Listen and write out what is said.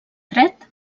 dret